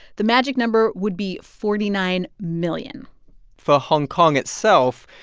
the magic number would be forty nine million for hong kong itself,